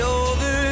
over